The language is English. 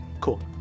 Cool